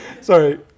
Sorry